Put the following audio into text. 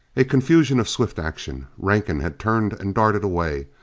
a confusion of swift action. rankin had turned and darted away.